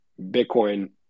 Bitcoin